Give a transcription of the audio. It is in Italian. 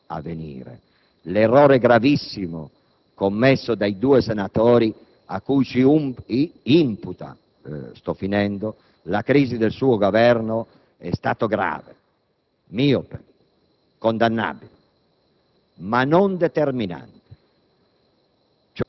ed è da lì che potranno continuare a venire. L'errore gravissimo commesso dai due senatori cui si imputa la crisi del suo Governo è stato grave, miope, condannabile,